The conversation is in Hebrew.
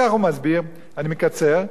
הוא מסביר, אני מקצר,